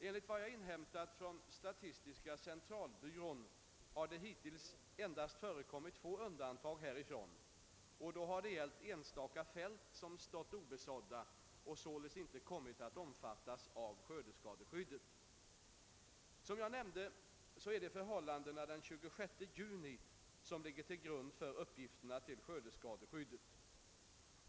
Enligt vad jag inhämtat från statistiska centralbyrån har det hittills endast förekommit få undantag härifrån, och då har det gällt enstaka fält som stått obesådda och således inte kommit att omfattas av skördeskadeskyddet. Som jag nämnde är det förhållandena den 26 juni som ligger till grund för uppgifterna till skördeskadeskyddet.